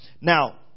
Now